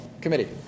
committee